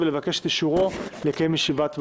הכנסת, ולבקש את אישורו לקיים ישיבת ועדה.